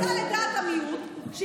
שהתייחסה לדעת המיעוט.